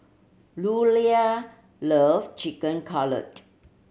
Louella love Chicken Cutlet